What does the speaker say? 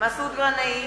מסעוד גנאים,